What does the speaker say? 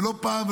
ולא פעם,